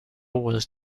was